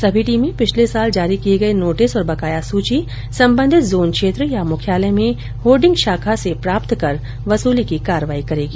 सभी टीमें पिछले साल जारी किये गये नोटिस और बकाया सूची सम्बन्धित जोन क्षेत्र या मुख्यालय में होर्डिग शाखा से प्राप्त कर वसूली की कार्रवाई करेगी